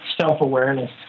self-awareness